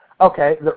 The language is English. Okay